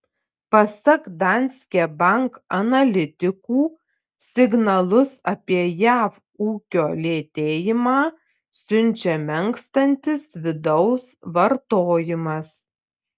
pasak danske bank analitikų signalus apie jav ūkio lėtėjimą siunčia menkstantis vidaus vartojimas